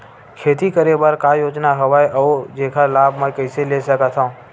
खेती करे बर का का योजना हवय अउ जेखर लाभ मैं कइसे ले सकत हव?